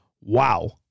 wow